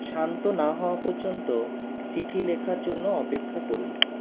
শান্ত না হওয়া পর্যন্ত চিঠি লেখার জন্য অপেক্ষা করুন